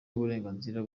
y’uburenganzira